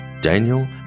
Daniel